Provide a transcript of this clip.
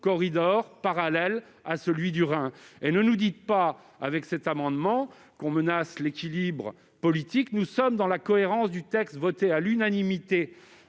corridor parallèle à celui du Rhin. Ne nous dites pas que cet amendement tendrait à menacer l'équilibre politique : nous sommes dans la cohérence du texte voté à l'unanimité